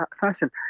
fashion